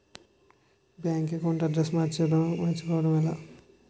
Bank account address మార్చుకోవడం ఎలా?